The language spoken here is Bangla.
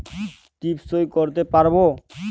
টিপ সই করতে পারবো?